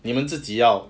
你们自己要